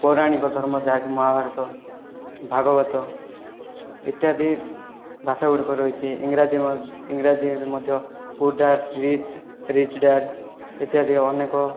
ପୌରାଣିକ ଧର୍ମ ଯାହାକି ମହାଭାରତ ଭାଗବତ ଇତ୍ୟାଦି ଭାଷା ଗୁଡ଼ିକ ରହିଛି ଇଂରାଜୀ ଇଂରାଜୀରେ ମଧ୍ୟ put that reach reach that ଇତ୍ୟାଦି ଅନେକ